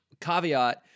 caveat